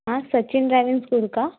हां Sachin driving school का